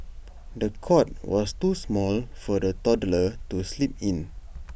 the cot was too small for the toddler to sleep in